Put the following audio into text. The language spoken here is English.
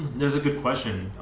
there's a good question.